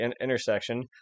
intersection